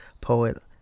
poet